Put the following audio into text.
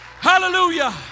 Hallelujah